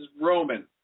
Roman